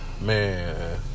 Man